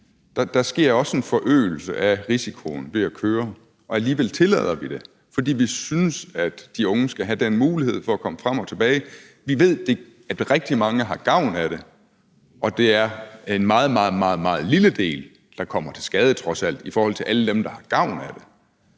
Der sker også en forøgelse af risikoen ved at køre, og alligevel tillader vi det, fordi vi synes, at de unge skal have den mulighed for at komme frem og tilbage. Vi ved, at rigtig mange har gavn af det, og at det er en meget, meget lille del, der trods alt kommer til skade, i forhold til alle dem, der har gavn af det.